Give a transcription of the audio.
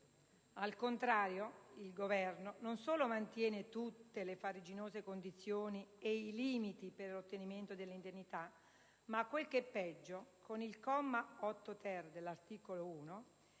Al contrario, il Governo non solo mantiene tutte le farraginose condizioni e i limiti per l'ottenimento dell'indennità, ma quel che è peggio, con il comma 8‑*ter* dell'articolo 1,